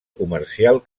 comercial